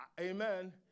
Amen